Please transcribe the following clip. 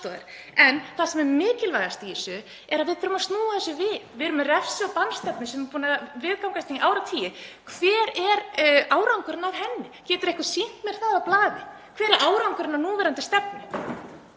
En það sem er mikilvægast í þessu er að við þurfum að snúa þessu við. Við erum með refsi- og bannstefnu sem er búin að vera hérna í áratugi. Hver er árangurinn af henni? Getur einhver sýnt mér það á blaði hver árangurinn er af núverandi stefnu?